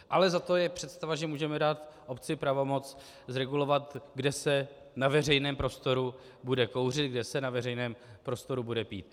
Ale zato je představa, že můžeme dát obci pravomoc zregulovat, kde se na veřejném prostoru bude kouřit, kde se na veřejném prostoru bude pít.